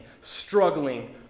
struggling